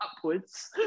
upwards